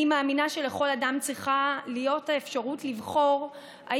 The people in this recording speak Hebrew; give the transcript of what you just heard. אני מאמינה שלכל אדם צריכה להיות האפשרות לבחור אם